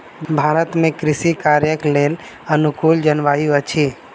भारत में कृषि कार्यक लेल अनुकूल जलवायु अछि